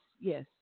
yes